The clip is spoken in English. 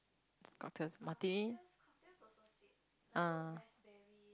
cocktails martini ah